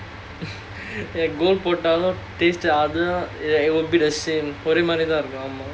uh gold taste ya it would be the same